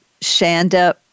Shanda